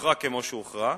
הוכרע כמו שהוכרע.